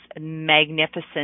magnificent